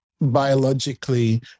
biologically